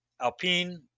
Alpine